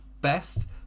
best